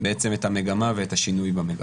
בעצם את המגמה ואת השינוי במגמה.